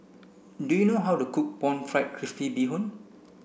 do you know how to cook pan fried crispy bee hoon